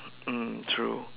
mm true